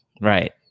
right